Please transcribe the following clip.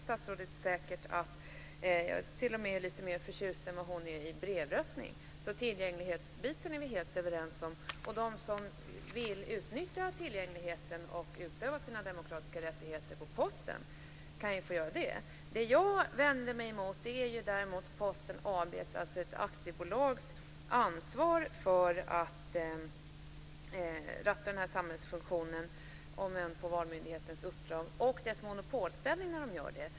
Statsrådet minns säkert att jag t.o.m. är lite mer förtjust än vad hon är i brevröstning. Så tillgänglighetsdelen är vi helt överens om. De som vill utnyttja tillgängligheten och utöva sina demokratiska rättigheter på posten kan ju får göra det. Det jag vänder mig emot är Posten AB:s ansvar för att sköta den här samhällsfunktionen, om än på Valmyndighetens uppdrag, och Posten AB:s monopolställning.